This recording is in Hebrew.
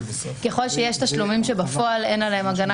ככל שיש תשלומים בפועל שאין עליהם הגנה,